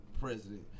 president